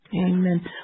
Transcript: Amen